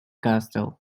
castle